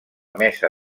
mesa